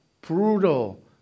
Brutal